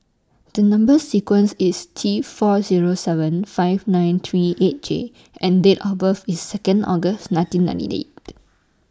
The Number sequence IS T four Zero seven five nine three eight J and Date of birth IS Second August nineteen ninety eight